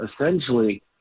essentially